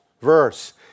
verse